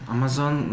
Amazon